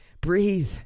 Breathe